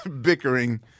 bickering